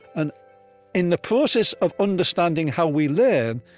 and in the process of understanding how we learn,